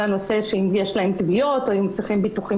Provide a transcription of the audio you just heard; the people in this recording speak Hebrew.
הנושא של אם יש להם תביעות או אם צריכים ביטוחים